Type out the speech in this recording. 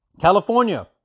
California